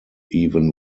even